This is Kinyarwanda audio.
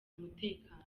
umutekano